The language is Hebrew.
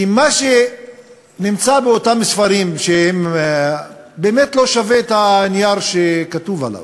כי מה שנמצא באותם ספרים באמת לא שווה את הנייר שהוא כתוב עליו.